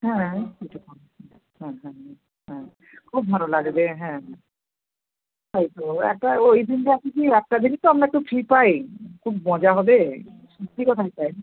হ্যাঁ কিছুক্ষণ ঠিক আছে হ্যাঁ হ্যাঁ হ্যাঁ হ্যাঁ খুব ভালো লাগবে হ্যাঁ তাই তো একটা ওই দিনটা আছে কী একটা দিনই তো আমরা একটু ফ্রি পাই খুব মজা হবে সত্যি কথাই তাই